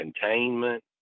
containment